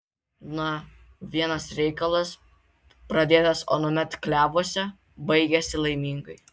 na vienas reikalas pradėtas anuomet klevuose baigiasi laimingai